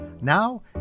Now